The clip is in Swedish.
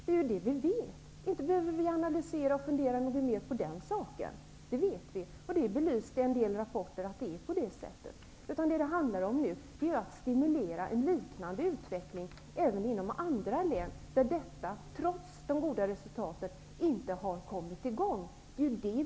Det vet vi, så det behöver vi inte analysera och fundera mera över. Det finns också belyst i en del rapporter att det är på det sättet. Nu handlar det om att stimulera en liknande utveckling även inom andra län, som trots de goda resultaten inte har kommit i gång.